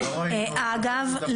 אגב,